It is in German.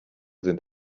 sind